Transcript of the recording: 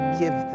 give